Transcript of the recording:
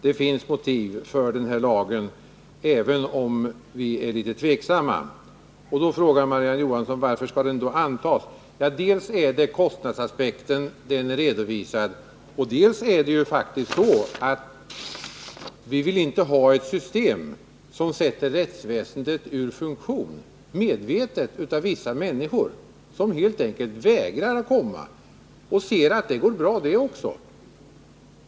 Det finns motiv för lagen, även om vi är litet tveksamma. Marie-Ann Johansson frågar: Varför skall lagen då antas? Ja, dels har vi kostnadsaspekten — den är redovisad —, dels vill vi inte ha ett system som gör det möjligt för vissa människor att avsiktligt sätta rättsväsendet ur funktion genom att helt enkelt vägra att komma. Som det nu är går det bra.